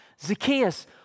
Zacchaeus